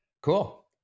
Cool